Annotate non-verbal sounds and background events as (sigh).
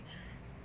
(noise)